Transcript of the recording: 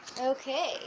Okay